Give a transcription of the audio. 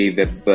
web